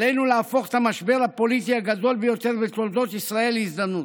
עלינו להפוך את המשבר הפוליטי הגדול ביותר בתולדות ישראל להזדמנות.